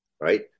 Right